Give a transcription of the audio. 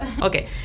Okay